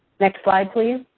next slide, please.